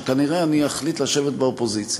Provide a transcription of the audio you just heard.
שכנראה אני אחליט לשבת באופוזיציה.